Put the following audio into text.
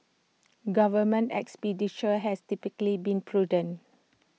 government expenditure has typically been prudent